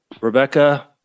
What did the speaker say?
Rebecca